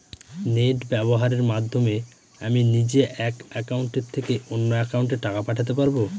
Net ব্যবহারের মাধ্যমে আমি নিজে এক অ্যাকাউন্টের থেকে অন্য অ্যাকাউন্টে টাকা পাঠাতে পারব?